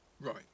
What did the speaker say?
Right